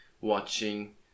watching